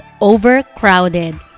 overcrowded